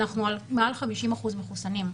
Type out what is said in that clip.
אנחנו על מעל 50% מחוסנים,